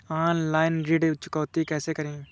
Online ऋण चुकौती कैसे करें?